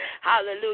Hallelujah